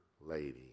lady